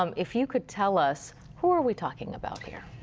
um if you could tell us who are we talking about here?